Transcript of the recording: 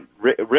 Rick